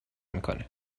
میکنه